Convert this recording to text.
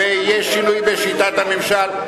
ויהיה שינוי בשיטת הממשל.